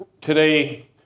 today